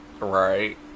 Right